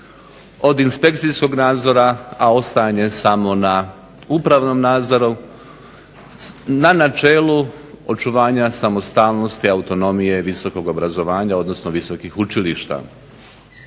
od inspekcijskog nadzora, a ostajanje samo na upravom nadzoru na načelu očuvanja samostalnosti, autonomije visokog obrazovanja odnosno visokih učilišta.